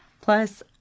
Plus